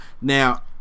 Now